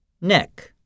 Neck